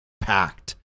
packed